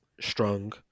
strong